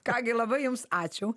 ką gi labai jums ačiū